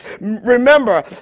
Remember